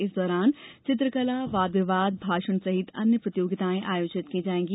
इस दौरान चित्रकला वाद विवाद भाषण सहित अन्य प्रतियोगिताएं आयोजित की जाएंगी